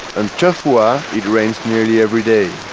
and tofua, it rains nearly every day.